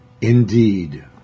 indeed